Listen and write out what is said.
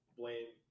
blame